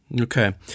Okay